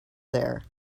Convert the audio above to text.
there